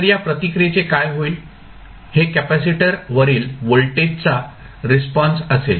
तर या प्रतिक्रियेचे काय होईल हे कॅपेसिटर वरील व्होल्टेजचा रिस्पॉन्स असेल